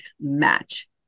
match